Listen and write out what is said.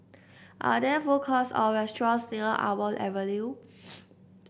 are there food courts or restaurants near Almond Avenue